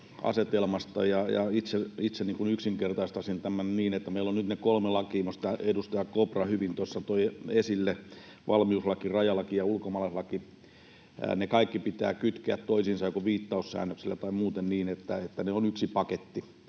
itse yksinkertaistaisin tämän niin, että meillä on nyt ne kolme lakia, jotka edustaja Kopra hyvin tuossa toi esille: valmiuslaki, rajalaki ja ulkomaalaislaki. Ne kaikki pitää kytkeä toisiinsa joko viittaussäännöksellä tai muuten niin, että ne ovat yksi paketti.